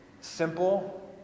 Simple